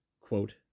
quote